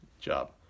job